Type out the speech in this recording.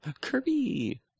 Kirby